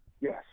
Yes